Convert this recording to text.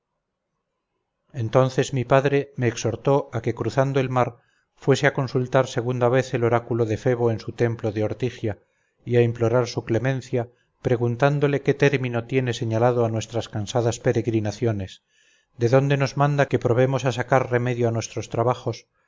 entonces mi padre me exhortó a que cruzando el mar fuese a consultar segunda vez el oráculo de febo en su templo de ortigia y a implorar su clemencia preguntándole qué término tiene señalado a nuestras cansadas peregrinaciones de dónde nos manda que probemos a sacar remedio a nuestros trabajos